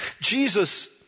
Jesus